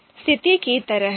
स्थिति की तरह